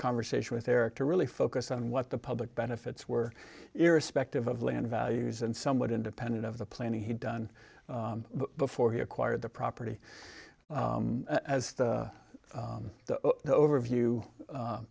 conversation with eric to really focus on what the public benefits were irrespective of land values and somewhat independent of the plant he done before he acquired the property as the overview